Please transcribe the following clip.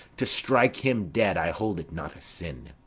to strike him dead i hold it not a sin.